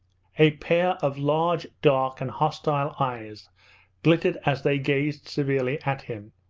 a pair of large, dark, and hostile eyes glittered as they gazed severely at him.